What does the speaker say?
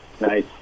Nice